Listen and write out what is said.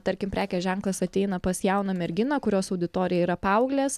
tarkim prekės ženklas ateina pas jauną merginą kurios auditorija yra paauglės